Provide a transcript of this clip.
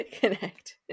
connect